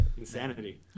Insanity